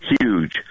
Huge